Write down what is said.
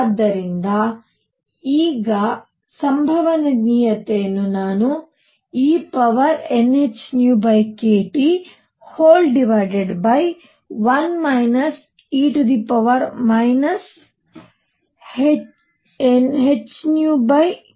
ಆದ್ದರಿಂದ ಈಗ ಸಂಭವನೀಯತೆಯನ್ನು ನಾನು e nhνkT1 e hνkT ಎಂದು ಬರೆಯಬಹುದಾಗಿದೆ